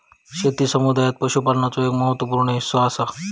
शेती समुदायात पशुपालनाचो एक महत्त्व पूर्ण हिस्सो असा